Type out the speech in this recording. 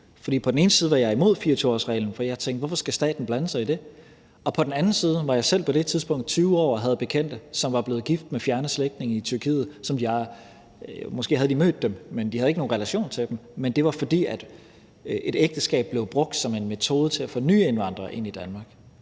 På den ene side var jeg imod 24-årsreglen, for jeg tænkte: Hvorfor skal staten blande sig i det? Og på den anden side var jeg på det tidspunkt selv 20 år og havde bekendte, som var blevet gift med fjerne slægtninge i Tyrkiet, som de måske havde mødt, men som de ikke havde nogen relation til, men det var, fordi et ægteskab blev brugt som en metode til at få nye indvandrere ind i Danmark.